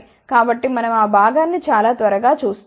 కాబట్టి మనం ఆ భాగాన్ని చాలా త్వరగా చూస్తాము